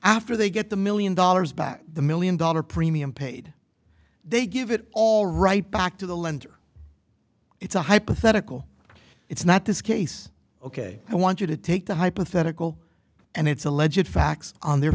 after they get the million dollars back the million dollar premium paid they give it all right back to the lender it's a hypothetical it's not this case ok i want you to take the hypothetical and it's a legit facts on their